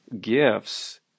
gifts